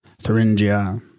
Thuringia